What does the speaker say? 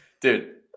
Dude